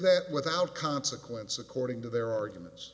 that without consequence according to their arguments